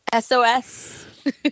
SOS